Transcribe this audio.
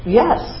yes